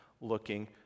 looking